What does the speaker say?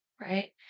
right